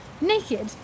naked